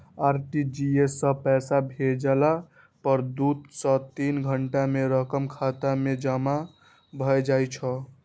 RTGS सं पैसा भेजला पर दू सं तीन घंटा मे रकम खाता मे जमा भए जाइ छै